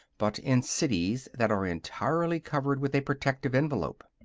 but in cities that are entirely covered with a protecting envelope.